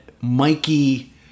Mikey